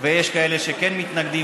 ויש כאלה שכן מתנגדים,